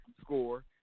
score